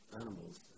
animals